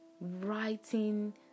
writing